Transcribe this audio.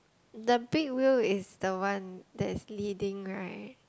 the big wheel is the one that is leading right